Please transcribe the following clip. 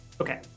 Okay